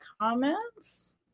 comments